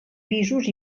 pisos